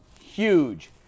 huge